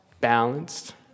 balanced